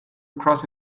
across